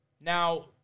Now